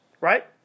Right